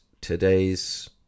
today's